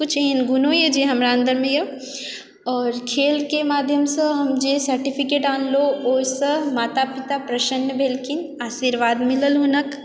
किछु एहन गुणो यऽ जे हमरा अन्दरमे यऽ आओर खेलके माध्यमसँ हम जे सर्टिफिकेट आनलहुँ ओहिसँ माता पिता प्रसन्न भेलखिन आशीर्वाद मिलल हुनक